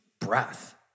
breath